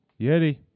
Yeti